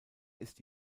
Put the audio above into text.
ist